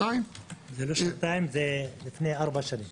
זה לא לפני שנתיים, זה לפני ארבע שנים.